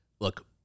look